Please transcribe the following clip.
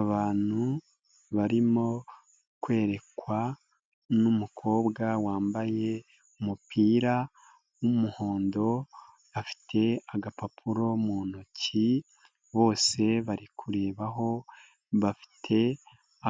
Abantu barimo kwerekwa n'umukobwa wambaye umupira w'umuhondo afite agapapuro mu ntoki bose bari kurebaho, bafite